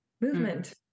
Movement